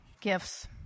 gifts